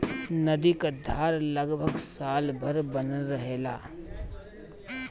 नदी क धार लगभग साल भर बनल रहेला